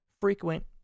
frequent